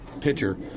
pitcher